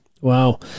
Wow